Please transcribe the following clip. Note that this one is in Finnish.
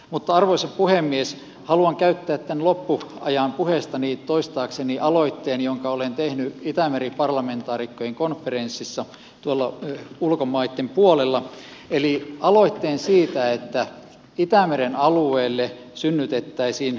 mutta arvoisa puhemies haluan käyttää tämän loppuajan puheestani toistaakseni aloitteen jonka olen tehnyt itämeri parlamentaarikkojen konferenssissa tuolla ulkomaitten puolella eli aloitteen siitä että itämeren alueelle synnytettäisiin kansainvälinen öljynsuojarahasto